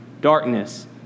darkness